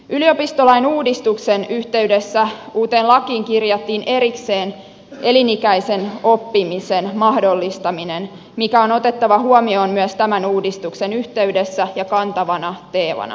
yliopistolain uudistuksen yhteydessä uuteen lakiin kirjattiin erikseen elinikäisen oppimisen mahdollistaminen mikä on otettava huomioon myös tämän uudistuksen yhteydessä ja kantavana teemana